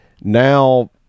Now